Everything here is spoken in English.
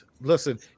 Listen